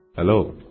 Hello